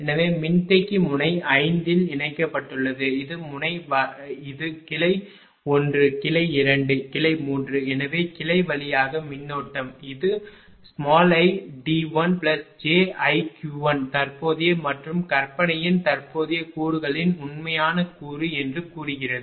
எனவே மின்தேக்கி முனை 5 இல் இணைக்கப்பட்டுள்ளது இது முனை வலதுபுறம் இது கிளை 1 கிளை 2 கிளை 3 எனவே கிளை வழியாக மின்னோட்டம் இது id1jiq1 தற்போதைய மற்றும் கற்பனையின் தற்போதைய கூறுகளின் உண்மையான கூறு என்று கூறுகிறது